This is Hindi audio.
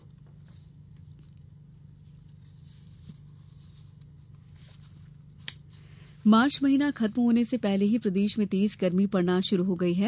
मौसम मार्च महीना खत्म होने से पहले ही प्रदेश में तेज गर्मी पड़ना शुरू हो गई है